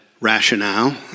Rationale